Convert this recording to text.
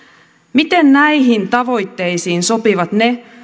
miten näihin tavoitteisiin sopivat ne